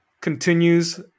continues